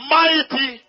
mighty